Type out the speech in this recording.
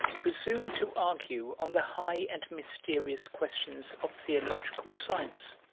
presume to argue on the high and mysterious questions of theological science.